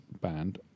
band